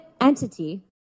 entity